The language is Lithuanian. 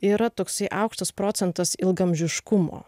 yra toksai aukštas procentas ilgaamžiškumo